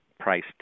price